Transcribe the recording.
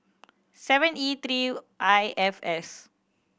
seven E three I F S